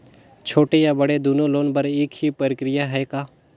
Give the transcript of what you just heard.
छोटे या बड़े दुनो लोन बर एक ही प्रक्रिया है का?